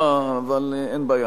אבל אין בעיה.